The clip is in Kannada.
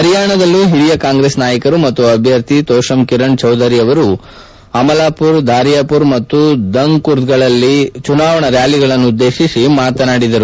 ಹರಿಯಾಣದಲ್ಲೂ ಹಿರಿಯ ಕಾಂಗೆಸ್ ನಾಯಕರ ಮತ್ತು ಅಭ್ಯರ್ಥಿ ತೋಶಮ್ ಕಿರಣ್ ಚೌಧರಿ ಅವರು ಅಮಾಲ್ಪುರ ಧಾರಿಯಾಪುರ್ ಮತ್ತು ದಂಗ್ಕುರ್ದ್ಗಳಲ್ಲಿ ಚುನಾವಣಾ ರ್ಯಾಲಿಗಳನ್ನು ಉದ್ದೇಶಿಸಿ ಮಾತನಾಡಿದರು